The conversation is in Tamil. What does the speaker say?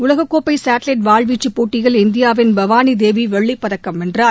உலகக்கோப்பை சாட்டலைட் வாள்வீச்சுப் போட்டியில் இந்தியாவின் பவானிதேவி வெள்ளிப்பதக்கம் வென்றார்